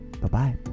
Bye-bye